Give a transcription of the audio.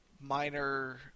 minor